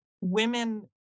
women